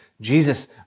Jesus